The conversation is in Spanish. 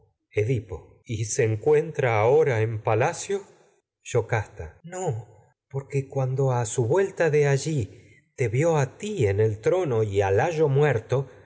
salvó y se encuentra ahora en palacio porque yocasta no cuando a su vuelta de allí te tragedias de sofocles vió a ti en el trono y a layo muerto